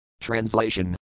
Translation